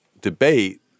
debate